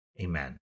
amen